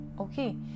Okay